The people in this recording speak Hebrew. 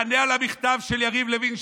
ותענה על המכתב של יריב לוין,